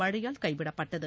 மழையால் கைவிடப்பட்டது